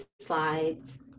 slides